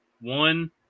one